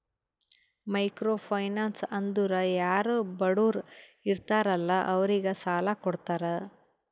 micro finance ಅಂದುರ್ ಯಾರು ಬಡುರ್ ಇರ್ತಾರ ಅಲ್ಲಾ ಅವ್ರಿಗ ಸಾಲ ಕೊಡ್ತಾರ್